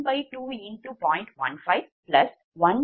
1012X0